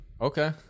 Okay